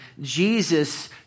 Jesus